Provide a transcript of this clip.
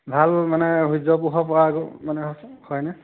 ভাল মানে সূৰ্যৰ পোহৰ পৰা মানে হয়নে